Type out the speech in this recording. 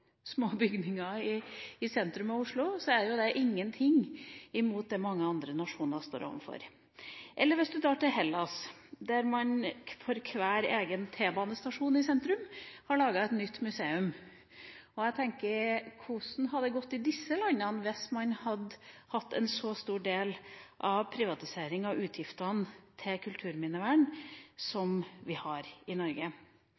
små bygninger i sentrum av Oslo, men det er jo ingen ting mot det mange andre nasjoner står overfor. Eller hvis man drar til Hellas, der man for hver egen T-banestasjon i sentrum har laget et nytt museum. Og jeg tenker: Hvordan hadde det gått i disse landene hvis man hadde hatt en så stor del av privatisering av utgiftene til kulturminnevern